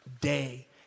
day